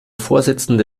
vorsitzende